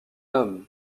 homme